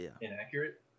inaccurate